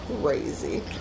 crazy